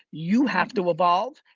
you have to evolve,